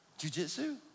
jujitsu